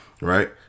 right